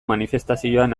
manifestazioan